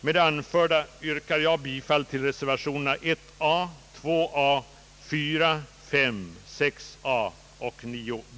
Med det anförda yrkar jag bifall till reservationerna 1 a, 2 a, 4, 5, 6 a och 9 b.